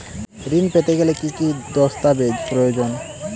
ঋণ পেতে গেলে কি কি দস্তাবেজ প্রয়োজন?